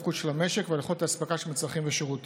התפקוד של המשק ועל יכולת האספקה של מצרכים ושירותים.